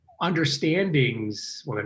understandings